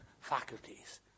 faculties